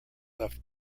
left